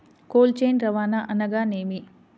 Cold chain రవాణా అనగా నేమి?